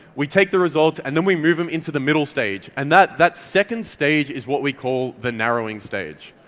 we take the results, and then we move them into the middle stage, and that that second stage is what we call the narrowing stage.